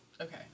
Okay